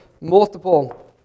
multiple